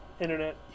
internet